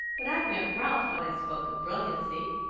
but i meant ralph when i spoke of brilliancy.